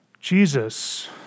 Jesus